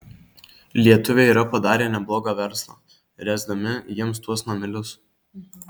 lietuviai yra padarę neblogą verslą ręsdami jiems tuos namelius